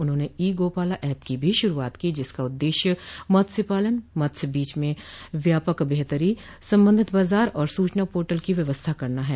उन्होंने e Gopala app की भी शुरूआत की जिसका उद्देश्य मत्स्य पालन मत्स्य बीज में व्यापक बेहतरी संबंधित बाजार और सूचना पोर्टल की व्यवस्था करना है